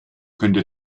könnte